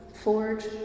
forge